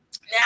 Now